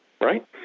Right